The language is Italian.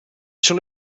sono